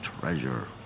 treasure